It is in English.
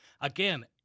Again